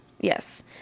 Yes